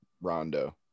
rondo